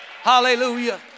Hallelujah